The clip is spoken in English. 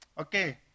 Okay